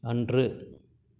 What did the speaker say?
அன்று